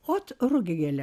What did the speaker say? ot rugiagėlė